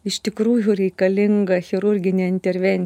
iš tikrųjų reikalinga chirurginė interven